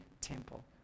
temple